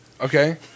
okay